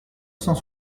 cent